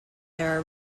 their